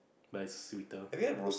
but it's sweeter